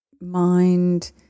mind